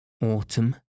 Autumn